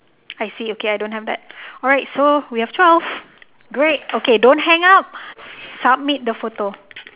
I see okay I don't have that alright so we have twelve great okay don't hang up submit the photo